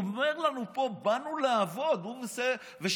הוא אומר לנו פה: באנו לעבוד, הוא ושקד.